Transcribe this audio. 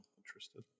interested